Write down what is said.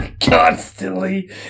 constantly